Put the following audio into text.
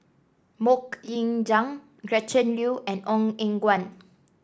MoK Ying Jang Gretchen Liu and Ong Eng Guan